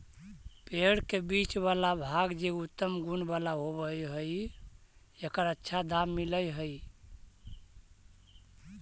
पेड़ के बीच वाला भाग जे उत्तम गुण वाला होवऽ हई, एकर अच्छा दाम मिलऽ हई